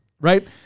Right